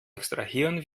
extrahieren